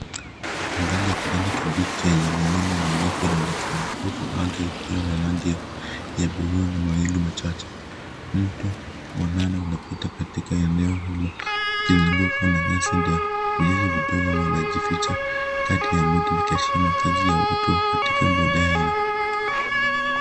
Mandhari ya kijani kibichi yenye milima mirefu inaonekana, huku anga ikiwa na rangi bluu na mawingu machache. Mto mwanana unapita katika eneo hilo ikizungukwa na nyasi ndefu. Vijiji vidogo vinajificha kati ya miti vikiashiria makazi ya watu katika mbuga hilo.